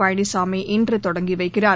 பழனிசாமி இன்று தொடங்கி வைக்கிறார்